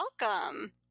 welcome